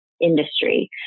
industry